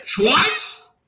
twice